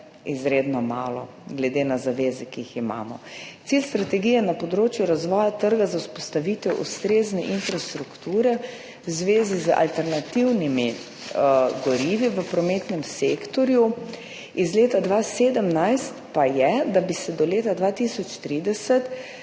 izredno malo glede na zaveze, ki jih imamo. Cilj strategije na področju razvoja trga za vzpostavitev ustrezne infrastrukture v zvezi z alternativnimi gorivi v prometnem sektorju iz leta 2017 pa je, da bi se do leta 2030